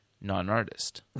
non-artist